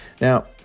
Now